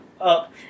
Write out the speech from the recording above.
up